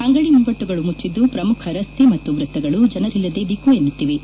ಅಂಗಡಿ ಮುಂಗಟ್ಟುಗಳು ಮುಚ್ಚಿದ್ದು ಪ್ರಮುಖ ರಸ್ತೆ ಮತ್ತು ವೃತ್ತಗಳು ಜನರಿಲ್ಲದೆ ಬಿಕೋ ಎನ್ನುತ್ತಿವೆ